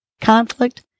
conflict